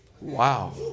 Wow